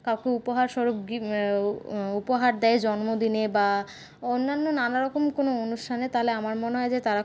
কাউকে উপহারস্বরূপ গি উপহার দেয় জন্মদিনে বা অন্যান্য নানারকম কোন অনুষ্ঠানে তালে আমার মনে হয় যে তারা খু